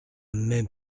même